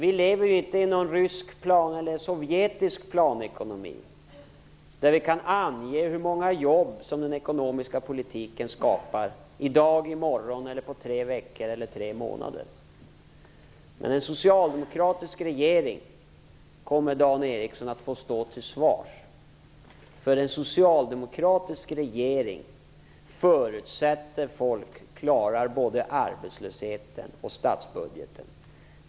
Vi lever inte i någon sovjetisk planekonomi, där vi kan ange hur många jobb den ekonomiska politiken skapar - i dag, i morgon, om tre veckor eller om tre månader. En socialdemokratisk regering kommer att få stå till svars, Dan Ericsson, eftersom folk förutsätter att en socialdemokratisk regering klarar både arbetslösheten och statsbudgeten.